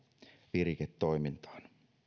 viriketoimintaan